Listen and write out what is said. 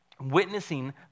witnessing